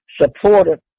supportive